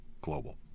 global